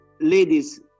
ladies